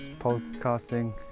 podcasting